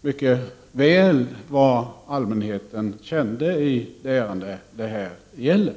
mycket väl vad allmänheten kände i det ärende det här gäller.